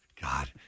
God